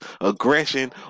aggression